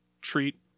treat